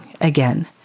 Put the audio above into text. again